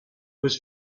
was